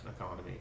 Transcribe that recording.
economy